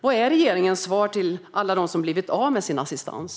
Vad är regeringens svar till alla dem som blivit av med sin assistans?